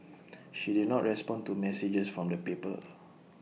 she did not respond to messages from the paper